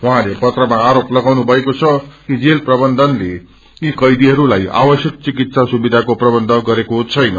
उझँले पत्रमा आरोप लगाउनुभएको छ कि जेल प्रवन्धनले यी कैदीहरूलाई आवश्यक चिकित्सा सुविषाको प्रवन्ध गरेको छैन